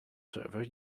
server